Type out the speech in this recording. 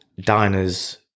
diner's